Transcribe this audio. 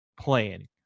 playing